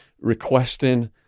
requesting